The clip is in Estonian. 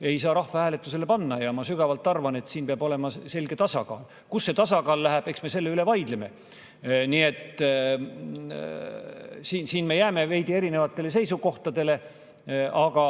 ei saa rahvahääletusele panna. Ma sügavalt arvan, et siin peab olema selge tasakaal. Kus see tasakaal läheb, eks me selle üle vaidleme. Nii et siin me jääme veidi erinevatele seisukohtadele. Aga